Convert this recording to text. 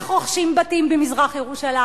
איך רוכשים בתים במזרח-ירושלים,